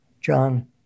John